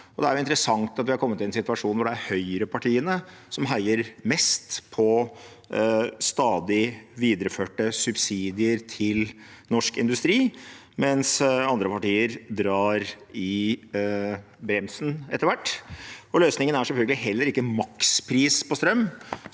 Det er interessant at vi har kommet i en situasjon hvor det er høyrepartiene som heier mest på stadig videreførte subsidier til norsk industri, mens andre partier etter hvert drar i bremsen. Løsningen er selvfølgelig heller ikke makspris på strøm,